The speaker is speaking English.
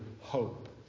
hope